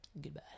Goodbye